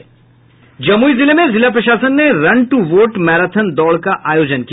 जमुई जिले में जिला प्रशासन ने रन टू वोट मैराथन दौड़ का आयोजन किया